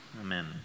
Amen